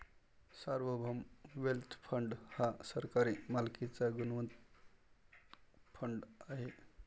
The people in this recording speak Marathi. सार्वभौम वेल्थ फंड हा सरकारी मालकीचा गुंतवणूक फंड आहे